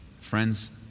Friends